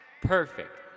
Perfect